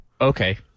okay